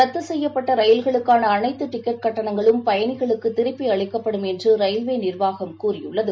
ரத்துசெய்யப்பட்டரயில்களுக்கானஅளைத்துடிக்கெட் கட்டணங்களும் பயனிகளுக்குத் திரும்பிஅளிக்கப்படும் என்றரயில்வேநிர்வாகம் கூறியுள்ளது